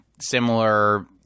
similar